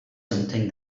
something